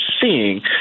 seeing